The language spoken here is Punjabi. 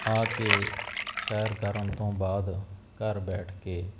ਆ ਕੇ ਸੈਰ ਕਰਨ ਤੋਂ ਬਾਅਦ ਘਰ ਬੈਠ ਕੇ ਜੋ ਮੈਨੂੰ